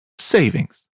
savings